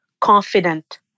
confident